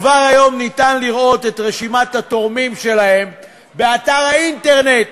כבר היום ניתן לראות את רשימת התורמים שלהן באתר האינטרנט.